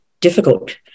difficult